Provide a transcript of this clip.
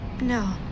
No